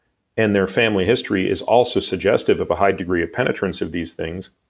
and their family history is also suggestive of a high degree of penetrance of these things,